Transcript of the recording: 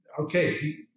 okay